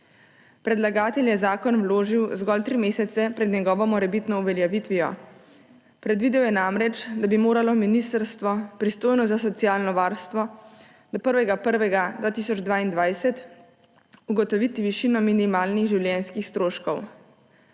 Predlagatelj je zakon vložil zgolj tri mesece pred njegovo morebitno uveljavitvijo. Predvidel je namreč, da bi moralo ministrstvo, pristojno za socialno varstvo, do 1. 1. 2022 ugotoviti višino minimalnih življenjskih stroškov.